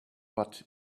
but